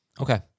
okay